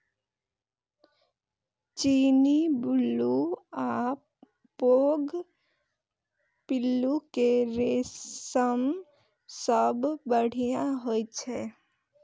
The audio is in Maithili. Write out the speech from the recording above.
चीनी, बुलू आ पैघ पिल्लू के रेशम सबसं बढ़िया होइ छै